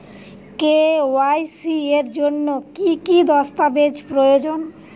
KYC এর জন্যে কি কি দস্তাবেজ প্রয়োজন?